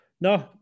no